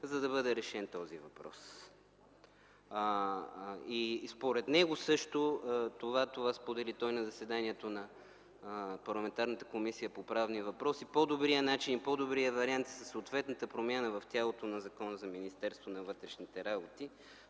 за да бъде решен този въпрос. Според него също – той сподели това на заседанието на парламентарната Комисия по правни въпроси, по-добрият начин, по-добрият вариант е съответната промяна в тялото на Закона за Министерството на вътрешните работи.